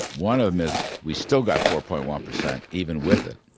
one of them is we still got four point one percent, even with it,